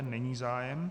Není zájem.